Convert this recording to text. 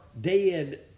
dead